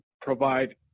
provide